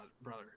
brother